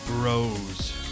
bros